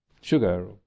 sugar